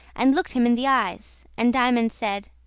and looked him in the eyes, and diamond said